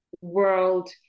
world